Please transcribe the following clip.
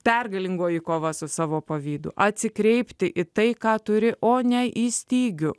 pergalingoji kova su savo pavydu atsikreipti į tai ką turi o ne į stygių